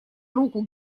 руку